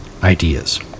Ideas